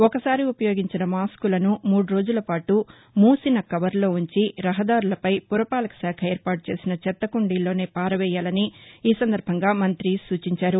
ఒకసారి ఉపయోగించిన మాస్కులను మూడు రోజుల పాటు మూసిన కవరులో ఉంచి రహదారులపై పురపాలక శాఖ ఏర్పాటు చేసిన చెత్త కుండీల్లోనే పారవేయాలని ఈ సందర్బంగా మంతి సూచించారు